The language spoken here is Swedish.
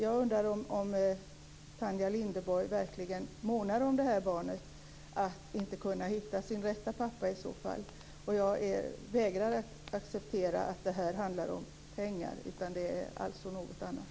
Jag undrar om Tanja Linderborg verkligen månar om att detta barn skall kunna hitta sin rätta pappa. Jag vägrar att acceptera att detta handlar om pengar. Det är något annat.